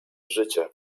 życie